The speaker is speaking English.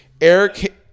Eric